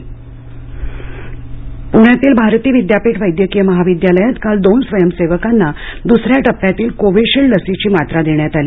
लसीचा डोस पुण्यातील भारती विद्यापीठ वैद्यकिय महाविद्यालयामध्ये काल दोन स्वयंसेवकांना द्सऱ्या टप्प्यातील कोविशिल्ड लसीची मात्रा देण्यात आली